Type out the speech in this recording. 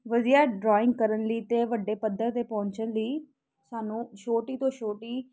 ਵਧੀਆ ਡਰਾਇੰਗ ਕਰਨ ਲਈ ਅਤੇ ਵੱਡੇ ਪੱਧਰ 'ਤੇ ਪਹੁੰਚਣ ਦੀ ਸਾਨੂੰ ਛੋਟੀ ਤੋਂ ਛੋਟੀ